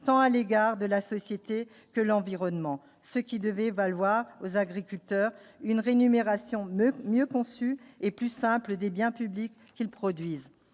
tant à l'égard de la société que l'environnement, ce qui devait valoir aux agriculteurs une raie numération même mieux conçus et plus simple des biens publics qu'ils produisent,